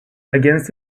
against